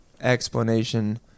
explanation